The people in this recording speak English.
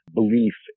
belief